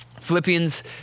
Philippians